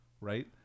right